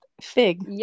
fig